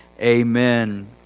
Amen